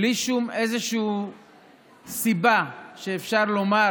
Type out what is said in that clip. בלי שום איזושהי סיבה שאפשר לומר